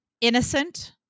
innocent